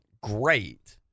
great